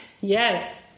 Yes